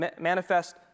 manifest